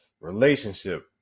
relationship